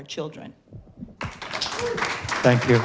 our children thank you